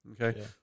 Okay